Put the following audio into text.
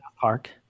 Park